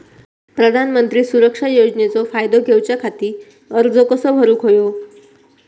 प्रधानमंत्री सुरक्षा योजनेचो फायदो घेऊच्या खाती अर्ज कसो भरुक होयो?